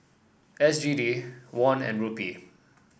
S G D Won and Rupee